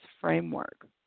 framework